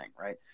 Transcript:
right